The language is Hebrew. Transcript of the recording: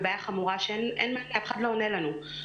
אף אחד לא עונה לנו,